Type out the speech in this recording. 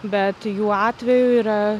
bet jų atveju yra